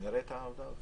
שנראה את ההודעות,